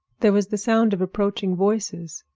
there was the sound of approaching voices.